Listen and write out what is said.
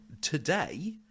today